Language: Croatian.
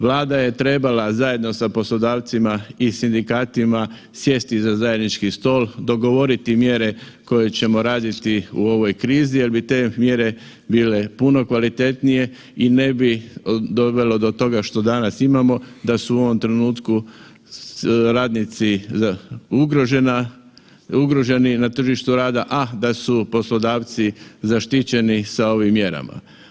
Vlada je trebala zajedno sa poslodavcima i sindikatima sjesti za zajednički stol, dogovoriti mjere koje ćemo raditi u ovoj krizi jer bi te mjere bile puno kvalitetnije i ne bi dovelo do toga što danas imamo, da su u ovom trenutku radnici ugroženi na tržištu rada, a da su poslodavci zaštićeni sa ovim mjerama.